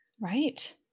Right